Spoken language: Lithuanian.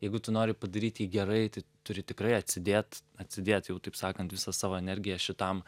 jeigu tu nori padaryt jį gerai tai turi tikrai atsidėt atsidėt jau taip sakant visą savo energiją šitam